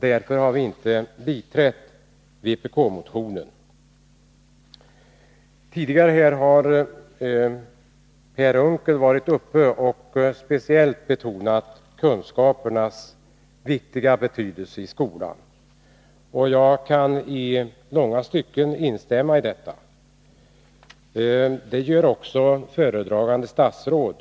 Därför har vi inte biträtt vpk-motionen. Per Unckel har här tidigare speciellt betonat kunskapernas stora betydelse i skolan. Jag kan i långa stycken instämma i detta. Det gör också föredragande statsrådet.